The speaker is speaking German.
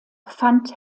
fand